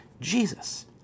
Jesus